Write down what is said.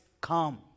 come